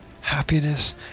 Happiness